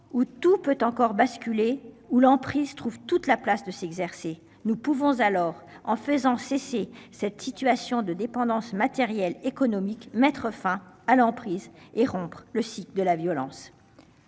où tout peut encore basculer ou l'emprise trouve toute la place de s'exercer. Nous pouvons alors en faisant cesser cette situation de dépendance matérielle, économique, mettre fin à l'emprise et rompre le cycle de la violence.